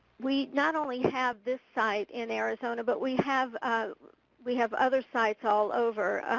we not only have this site in arizona but we have ah we have other sites all over,